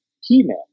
He-Man